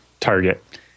Target